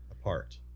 apart